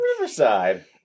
Riverside